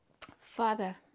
Father